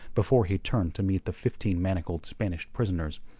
before he turned to meet the fifteen manacled spanish prisoners,